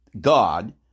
God